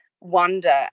wonder